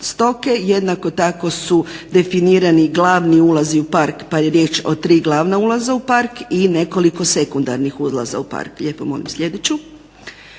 stoke. Jednako tako su definirani glavni ulazi u park pa je riječ o tri glavna ulaza u park i nekoliko sekundarnih ulaza u park. Jednako tako